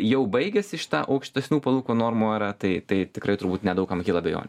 jau baigėsi šita aukštesnių palūkanų normų era tai tai tikrai turbūt ne daug kam kila abejonių